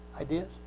ideas